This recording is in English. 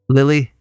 Lily